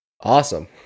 Awesome